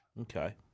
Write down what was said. Okay